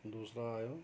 दुसरा आयो